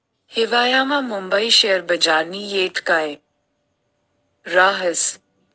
हिवायामा मुंबई शेयर बजारनी येळ काय राहस